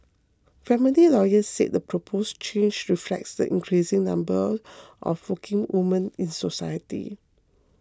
family lawyers said the proposed change reflects the increasing number of working women in society